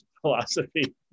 philosophy